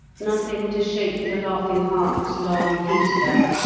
nothing to shake the laughing heart's long peace there,